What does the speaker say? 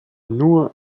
nur